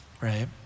right